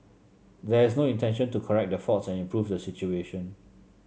there is no intention to correct the faults and improve the situation